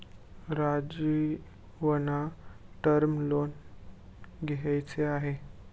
राजीवना term loan घ्यायचे आहे